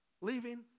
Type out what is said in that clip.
leaving